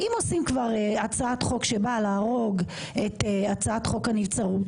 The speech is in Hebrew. אם עושים כבר הצעת חוק שבאה להרוג את הצעת חוק הנבצרות,